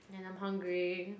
and I'm hungry